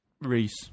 Reese